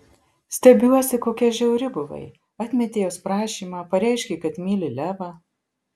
stebiuosi kokia žiauri buvai atmetei jos prašymą pareiškei kad myli levą